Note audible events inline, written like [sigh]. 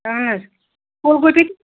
اَہن حظ پھول گوبی [unintelligible]